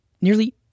nearly